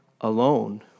alone